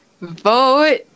vote